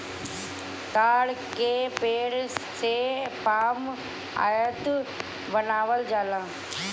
ताड़ के पेड़ से पाम आयल बनावल जाला